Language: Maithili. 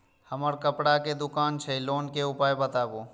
हमर कपड़ा के दुकान छै लोन के उपाय बताबू?